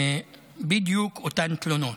בדיוק אותן תלונות.